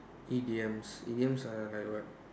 idioms idioms are like what